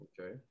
Okay